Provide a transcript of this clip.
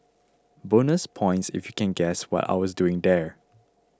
bonus points if you can guess what I was doing there